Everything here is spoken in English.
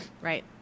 Right